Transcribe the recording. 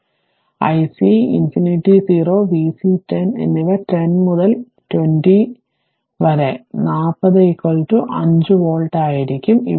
അതിനാൽ ic ∞ 0 vc 10 എന്നിവ 10 മുതൽ 20 വരെ 40 5 വോൾട്ട് ആയിരിക്കും